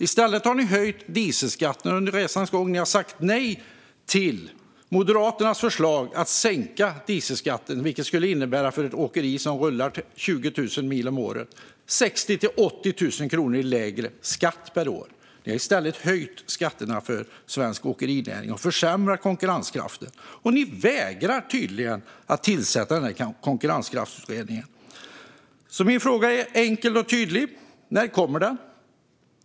I stället har ni under resans gång höjt dieselskatten. Ni har sagt nej till Moderaternas förslag om att sänka dieselskatten, vilket för ett åkeri som rullar 20 000 mil om året skulle innebära 60 000-80 000 kronor i lägre skatt per år. Ni har i stället höjt skatterna för svensk åkerinäring och försämrat konkurrenskraften. Ni vägrar tydligen att tillsätta en konkurrenskraftsutredning. Min fråga är enkel och tydlig: När kommer den?